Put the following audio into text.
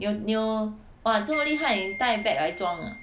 你有你有 !wah! 你这么厉害呀你带 bag 来装 ah